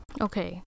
Okay